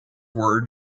word